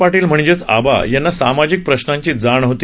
पाटील म्हणजेच आबा यांना सामाजिक प्रश्नांची जाण होती